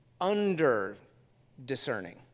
under-discerning